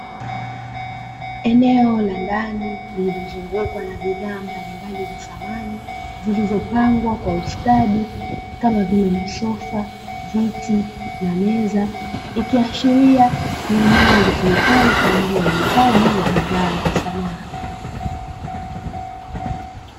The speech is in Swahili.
Eneo la ndani lililozungukwa na bidhaa mbalimbali za samani, zilizopangwa kwa ustadi kama vile masofa, viti na meza. Ikiashiria ni eneo litumikalo kwa ajili ya uuzaji wa bidhaa za samani.